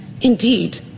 Indeed